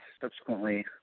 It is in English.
subsequently